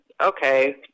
okay